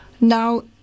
Now